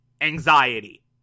anxiety